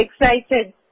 excited